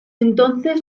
entonces